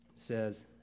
Says